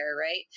right